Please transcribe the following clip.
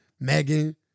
Megan